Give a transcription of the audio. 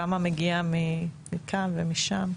כמה מגיע מכאן ומשם,